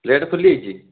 plate ଖୋଲିଯାଇଛି